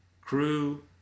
crew